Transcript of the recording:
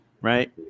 Right